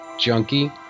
junkie